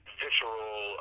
visceral